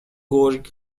گرگ